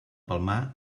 palmar